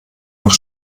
noch